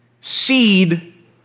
seed